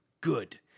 Good